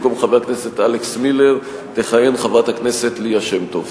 במקום חבר הכנסת אלכס מילר תכהן חברת הכנסת ליה שמטוב.